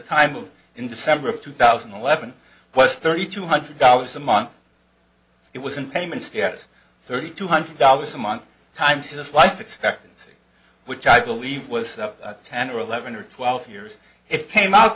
time of in december of two thousand and eleven was thirty two hundred dollars a month it was in payment status thirty two hundred dollars a month time to this life expectancy which i believe was ten or eleven or twelve years it came out